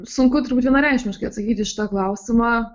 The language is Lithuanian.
sunku turbūt vienareikšmiškai atsakyti į šitą klausimą